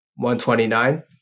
$129